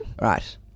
right